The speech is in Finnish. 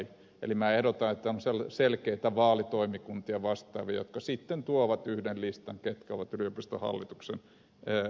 eli minä ehdotan että on selkeitä vaalitoimikuntia ja vastaavia jotka sitten tuovat yhden listan siitä ketkä ovat yliopistohallituksen edustajia